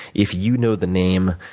if you know the name,